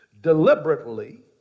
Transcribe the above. deliberately